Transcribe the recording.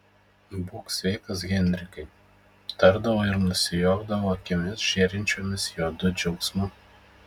būk sveikas henrikai tardavo ir nusijuokdavo akimis žėrinčiomis juodu džiaugsmu